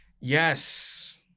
Yes